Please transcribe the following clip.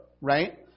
right